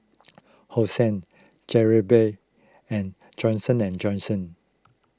Hosen Jollibee and Johnson and Johnson